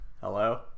hello